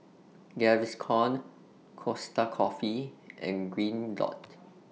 Gaviscon Costa Coffee and Green Dot